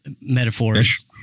metaphors